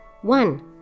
One